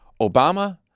Obama